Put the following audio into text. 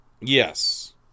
Yes